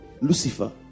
Lucifer